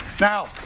Now